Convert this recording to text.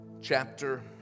chapter